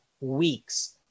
weeks